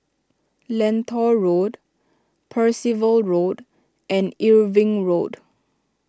Lentor Road Percival Road and Irving Road